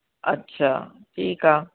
अच्छा ठीकु आहे